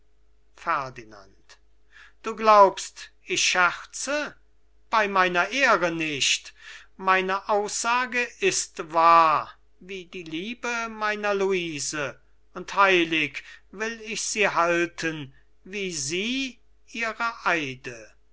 ferdinand du glaubst ich scherze bei meiner ehre nicht meine aussage ist wahr wie die liebe meiner luise und heilig will ich sie halten wie sie ihre